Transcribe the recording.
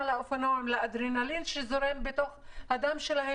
זה האדרנלין שזורם בתוך הדם שלהם,